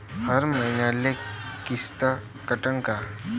हर मईन्याले किस्त कटन का?